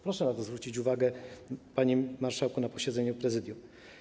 Proszę na to zwrócić uwagę, panie marszałku, na posiedzeniu Prezydium.